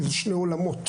זה שני עולמות.